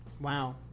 Wow